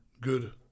good